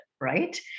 right